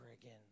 again